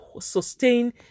sustain